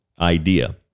idea